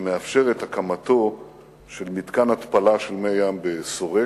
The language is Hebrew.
שמאפשרת הקמתו של מתקן התפלה של מי ים בשורק.